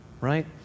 right